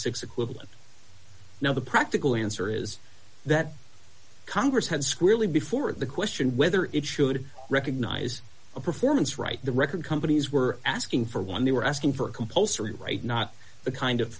dollars equivalent now the practical answer is that congress had squarely before the question whether it should recognize a performance right the record companies were asking for one they were asking for a compulsory right not the kind of